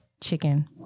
Chicken